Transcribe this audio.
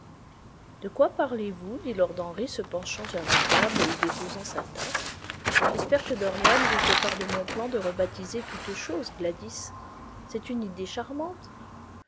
de quoi parlez-vous dit lord henry se penchant vers la table et y déposant sa tasse j'espère que dorian vous fait part de mon plan de rebaptiser toute chose gladys c'est une idée charmante